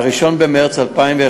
1 במרס 2011,